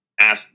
ask